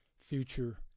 future